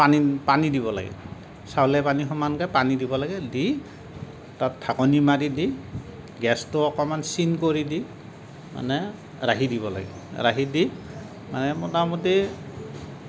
পানী পানী দিব লাগে চাউলে পানী সমানকে পানী দিব লাগে দি তাত ঢাকনি মাৰি দি গেছটো অকণমান চিম কৰি দি মানে ৰাখি দি লাগে ৰাখি দি মানে মোটামুটি